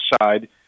side